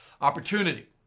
opportunity